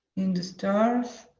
in the stars.